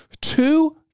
two